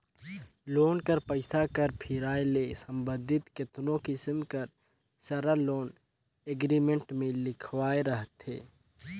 loan कर पइसा कर फिराए ले संबंधित केतनो किसिम कर सरल लोन एग्रीमेंट में लिखाए रहथे